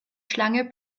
schlange